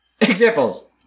Examples